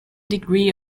degree